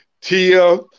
Tia